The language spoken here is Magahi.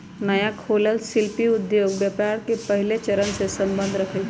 नया खोलल शिल्पि उद्योग व्यापार के पहिल चरणसे सम्बंध रखइ छै